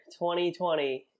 2020